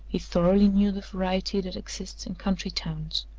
he thoroughly knew the variety that exists in country towns.